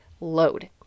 load